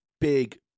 Big